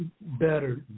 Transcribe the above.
better